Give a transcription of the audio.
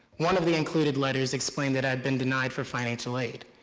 one of the included letters explained that i'd been denied for financial aid,